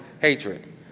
hatred